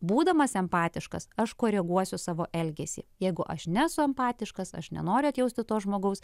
būdamas empatiškas aš koreguosiu savo elgesį jeigu aš nesu empatiškas aš nenoriu atjausti to žmogaus